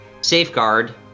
Safeguard